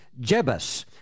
Jebus